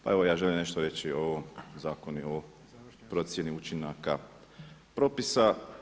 Pa evo ja želim nešto reći o ovom zakonu i ovoj procjeni učinaka propisa.